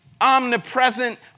omnipresent